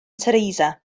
teresa